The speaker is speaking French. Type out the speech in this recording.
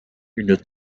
une